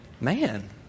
man